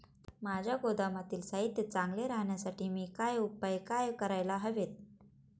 माझ्या गोदामातील साहित्य चांगले राहण्यासाठी मी काय उपाय काय करायला हवेत?